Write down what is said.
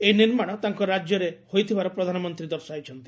ଏହି ନିର୍ମାଣ ତାଙ୍କ ରାଜ୍ୟରେ ହୋଇଥିବାର ପ୍ରଧାନମନ୍ତ୍ରୀ ଦର୍ଶାଇଛନ୍ତି